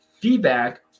feedback